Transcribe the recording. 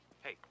Hey